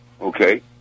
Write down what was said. Okay